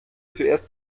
zuerst